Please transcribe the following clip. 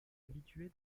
habituée